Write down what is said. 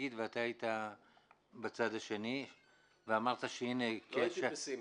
אתה היית בצד השני ואמרת שהנה --- לא הייתי פסימי.